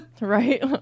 Right